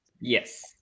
Yes